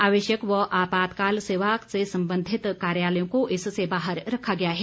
आवश्यक व आपातकाल सेवा से संबंधित कार्यालयों को इससे बाहर रखा गया है